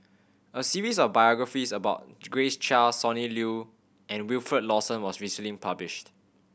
a series of biographies about Grace Chia Sonny Liew and Wilfed Lawson was recently published